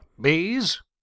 Bees